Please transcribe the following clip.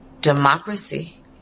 democracy